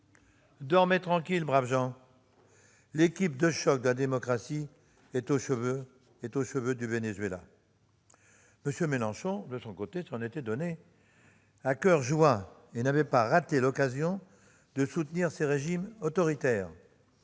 Dormez tranquilles, braves gens, l'équipe de choc de la démocratie est au chevet du Venezuela !